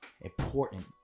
important